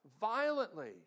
violently